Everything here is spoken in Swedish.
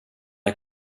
jag